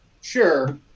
Sure